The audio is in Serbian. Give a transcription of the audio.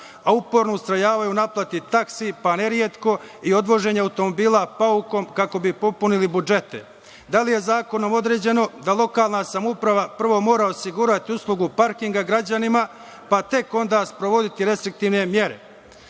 a uporno istrajavaju u naplati taksi, pa neretko i odvoženju automobila paukom kako bi popunili budžete. Da li je zakonom određeno da lokalna samouprava prvo mora osigurati uslugu parkinga građanima, pa tek onda sprovoditi restriktivne mere? Na